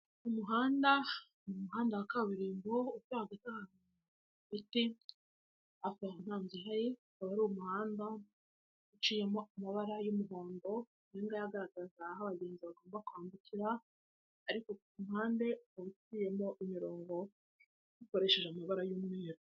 Umuhanda, ni umuhanda wa kaburimbo uca hagati y'ibiti ariko hakaba nta mazu ahari, akaba ari umuhanda uciyemo amabara y'umuhondo, ahangaha hagaragaza aho abagenzi bagomba kwambukira ariko ku ruhande haciyemo umurongo ukoresheje amabara y'umweru.